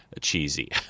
cheesy